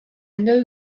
know